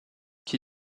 qui